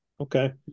Okay